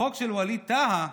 בחוק של ווליד טאהא,